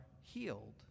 healed